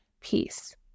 peace